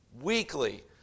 weekly